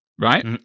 Right